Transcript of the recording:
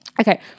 Okay